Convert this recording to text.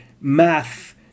math